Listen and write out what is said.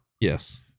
Yes